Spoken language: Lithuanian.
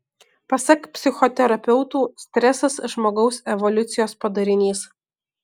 pasak psichoterapeutų stresas žmogaus evoliucijos padarinys